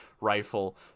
rifle